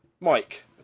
Mike